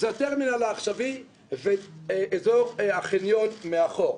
זה הטרמינל העכשווי ואזור החניון מאחור.